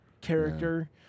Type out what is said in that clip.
character